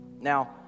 now